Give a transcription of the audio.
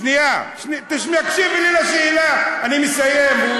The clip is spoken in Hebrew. שנייה, תקשיבי לי לשאלה, אני מסיים.